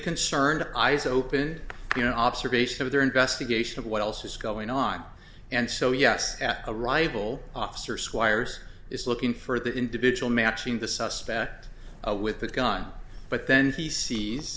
concerned eyes open you know observation of their investigation of what else is going on and so yes a rival officer squiers is looking for that individual matching the suspect with the gun but then he sees